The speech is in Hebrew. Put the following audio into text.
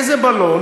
איזה בלון?